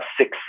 six